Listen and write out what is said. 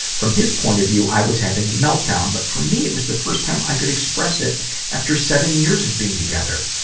from his point of view, i was having a meltdown. but for me, it was the first time i could express it after seven years of being together.